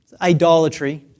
Idolatry